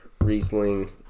riesling